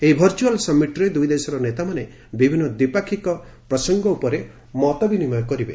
ଏହି ଭର୍ଜୁଆଲ୍ ସମିଟ୍ରେ ଦୁଇଦେଶର ନେତାମାନେ ବିଭିନ୍ନ ଦ୍ୱିପାକ୍ଷିକ ପ୍ରସଙ୍ଗ ଉପରେ ମତବିନିମୟ କରିବେ